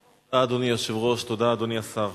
תודה, אדוני היושב-ראש, תודה, אדוני השר.